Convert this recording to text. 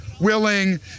willing